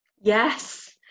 Yes